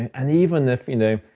and even if, you know,